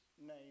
name